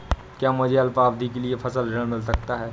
क्या मुझे अल्पावधि के लिए फसल ऋण मिल सकता है?